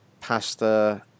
Pasta